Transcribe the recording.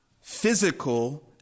physical